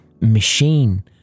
machine